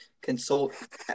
consult